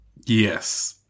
Yes